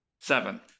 Seven